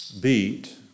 beat